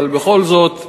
אבל בכל זאת,